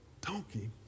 donkey